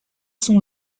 son